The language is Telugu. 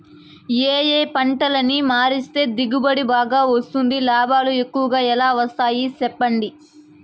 ఏ ఏ పంటలని మారిస్తే దిగుబడి బాగా వస్తుంది, లాభాలు ఎక్కువగా ఎలా వస్తాయి సెప్పండి